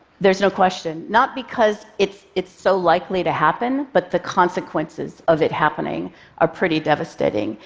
there's no question not because it's it's so likely to happen, but the consequences of it happening are pretty devastating.